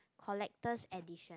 collector's edition